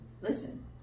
Listen